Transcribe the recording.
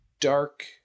dark